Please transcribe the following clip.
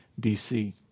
BC